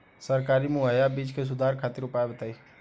सरकारी मुहैया बीज में सुधार खातिर उपाय बताई?